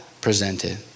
presented